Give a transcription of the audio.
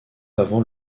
avant